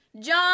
John